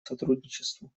сотрудничеству